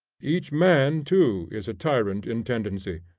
each man too is a tyrant in tendency,